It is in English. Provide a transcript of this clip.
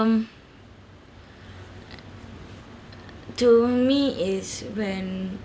to me is when